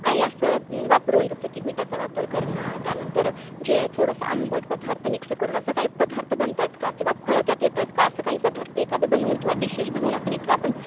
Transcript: काही असं वापरून जसं की मिठाचा वापर करणं त्यानंतर जे थोडंसं आंबट पदार्थ मिक्स करून असं काही पदार्थ बनत आहेत का किंवा फळं त्यात येतात का असं काही पदार्थ एखादं बनवून किंवा डिशेश बनवून आपण एक आपण